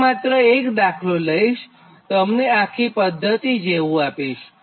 હું માત્ર એક દાખલો લઇશ અને તમને આખી પધ્ધતિ જેવું આપીશ